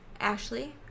Ashley